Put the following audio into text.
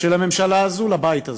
של הממשלה הזאת לבית הזה.